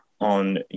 on